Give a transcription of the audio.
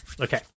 Okay